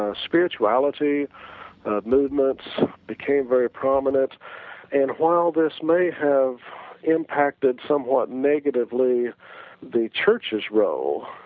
ah spirituality movements became very prominent and while this may have impacted somewhat negatively the church's role,